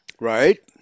Right